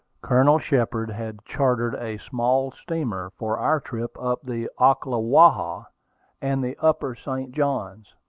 colonel shepard had chartered a small steamer for our trip up the ocklawaha and the upper st. johns.